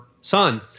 son